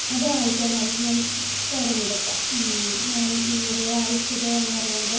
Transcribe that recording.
അത് വായിക്കാനായിരിക്കും ഞാൻ തിരഞ്ഞെടുക്കുക ഞാൻ ഈയിടെ വായിച്ചതെന്ന് പറയുമ്പോൾ